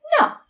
No